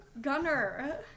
Gunner